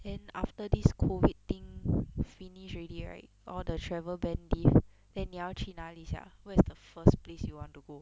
then after this COVID thing finish already right all the travel ban lift then 你要去哪里 sia where is the first place you want to go